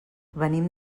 venim